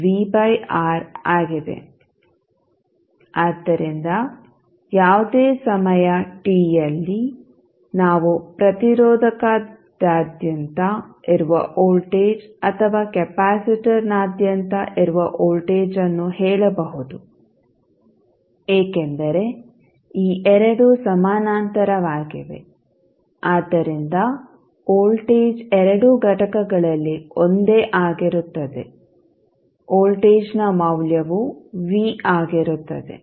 ಆದ್ದರಿಂದ ಯಾವುದೇ ಸಮಯ ಟಿಯಲ್ಲಿ ನಾವು ಪ್ರತಿರೋಧಕದಾದ್ಯಂತ ಇರುವ ವೋಲ್ಟೇಜ್ ಅಥವಾ ಕೆಪಾಸಿಟರ್ನಾದ್ಯಂತ ಇರುವ ವೋಲ್ಟೇಜ್ ಅನ್ನು ಹೇಳಬಹುದು ಏಕೆಂದರೆ ಈ ಎರಡು ಸಮಾನಾಂತರವಾಗಿವೆ ಆದ್ದರಿಂದ ವೋಲ್ಟೇಜ್ ಎರಡೂ ಘಟಕಗಳಲ್ಲಿ ಒಂದೇ ಆಗಿರುತ್ತದೆ ವೋಲ್ಟೇಜ್ನ ಮೌಲ್ಯವು v ಆಗಿರುತ್ತದೆ